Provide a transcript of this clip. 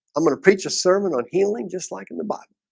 i'm gonna preach a sermon on healing just like in the bottom